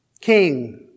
King